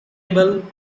able